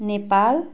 Nepal